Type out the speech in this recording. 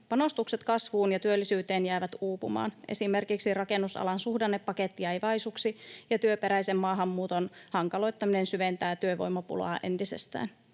Panostukset kasvuun ja työllisyyteen jäävät uupumaan. Esimerkiksi rakennusalan suhdannepaketti jäi vaisuksi ja työperäisen maahanmuuton hankaloittaminen syventää työvoimapulaa entisestään.